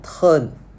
turn